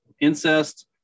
incest